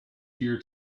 here